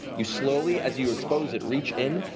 you slowly, as you expose it, reach in,